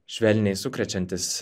švelniai sukrečiantis